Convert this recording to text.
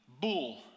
bull